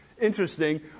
interesting